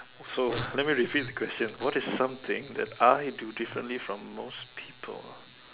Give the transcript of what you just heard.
so let me repeat the question what is something that I do differently from most people